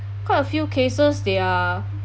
quite a few cases they are